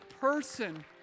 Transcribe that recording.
person